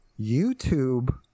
YouTube